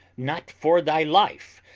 not for thy life!